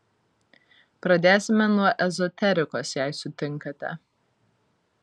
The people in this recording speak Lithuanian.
pradėsime nuo ezoterikos jei sutinkate